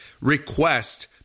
request